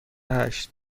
هشت